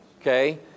Okay